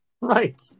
Right